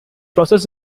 process